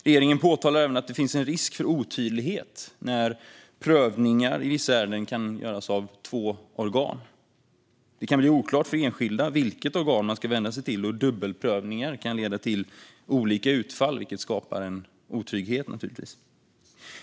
Regeringen påtalar även att det finns en risk för otydlighet när prövningar i vissa ärenden kan göras av två organ. Det kan bli oklart för enskilda vilket organ man ska vända sig till, och dubbelprövningar kan leda till olika utfall, vilket naturligtvis skapar otydlighet.